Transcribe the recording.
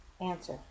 Answer